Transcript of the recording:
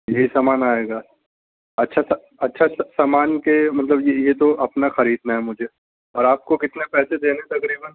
یہی سامان آئے گا اچھا اچھا اچھا اچھا سامان کے مطلب یہ یہ تو اپنا خریدنا ہے مجھے اور آپ کو کتنا پیسے دینے تقریباً